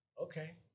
Okay